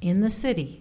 in the city